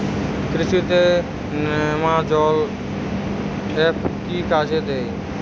কৃষি তে নেমাজল এফ কি কাজে দেয়?